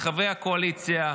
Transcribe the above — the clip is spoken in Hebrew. מחברי הקואליציה,